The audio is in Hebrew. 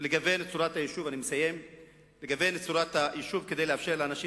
צורת היישוב כדי לאפשר לאנשים,